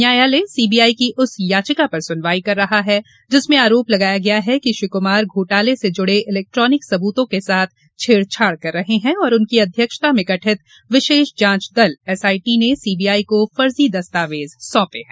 न्यायालय सीबीआई की उस याचिका पर सुनवाई कर रहा है जिसमें आरोप लगाया गया है कि श्री कुमार घोटाले से जुड़े इलेक्ट्रोनिक सबूतों के साथ छेड़छाड़ कर रहे हैं और उनकी अध्यक्षता में गठित विशेष जांच दल एसआईटी ने सीबीआई को फर्जी दस्तावेज सौंपे हैं